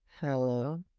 Hello